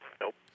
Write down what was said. Nope